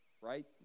right